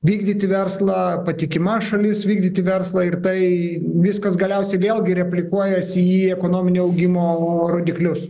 vykdyti verslą patikima šalis vykdyti verslą ir tai viskas galiausiai vėlgi replikuojasi į ekonominio augimo rodiklius